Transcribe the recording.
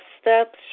steps